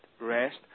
rest